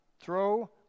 throw